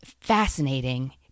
fascinating